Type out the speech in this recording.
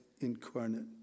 incarnate